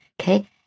okay